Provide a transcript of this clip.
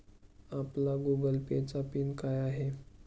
आपला Google Pay चा PIN काय आहे?